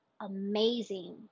amazing